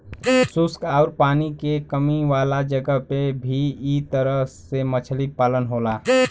शुष्क आउर पानी के कमी वाला जगह पे भी इ तरह से मछली पालन होला